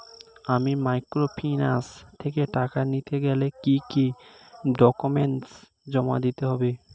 আমি মাইক্রোফিন্যান্স থেকে টাকা নিতে গেলে কি কি ডকুমেন্টস জমা দিতে হবে?